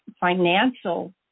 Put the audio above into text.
financial